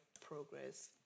progress